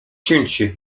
cięcie